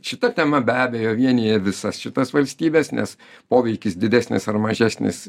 šita tema be abejo vienija visas šitas valstybes nes poveikis didesnis ar mažesnis